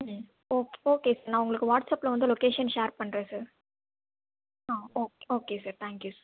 ம் okay okay sir நான் உங்களுக்கு வாட்ஸ்அப்பில் வந்து லொக்கேஷன் ஷேர் பண்ணுறேன் சார் ஆ okay okay sir thank you sir